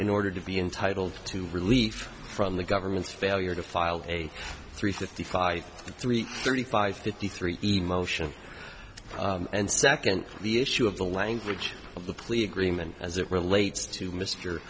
in order to be entitled to relief from the government's failure to file a three fifty five three thirty five fifty three emotion and second the issue of the language of the plea agreement as it relates to mr